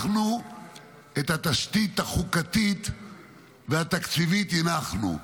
את התשתית החוקתית והתקציבית אנחנו הנחנו,